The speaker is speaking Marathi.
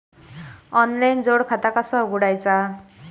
ऑनलाइन जोड खाता कसा उघडायचा?